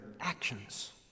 actions